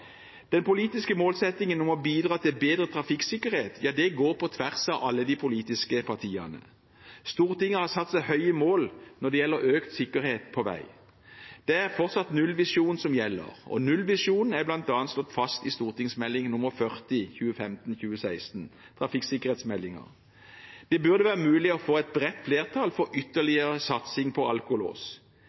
Den politiske målsettingen om å bidra til bedre trafikksikkerhet går på tvers av alle de politiske partiene. Stortinget har satt seg høye mål når det gjelder økt sikkerhet på vei. Det er fortsatt nullvisjonen som gjelder. Nullvisjonen er bl.a. slått fast i Meld. St. 40 for 2015–2016, trafikksikkerhetsmeldingen. Det burde være mulig å få et bredt flertall for ytterligere satsing på alkolås.